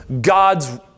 God's